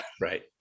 right